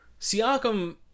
Siakam